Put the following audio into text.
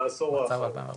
בעשור האחרון.